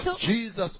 Jesus